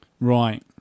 Right